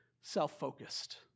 self-focused